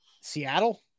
Seattle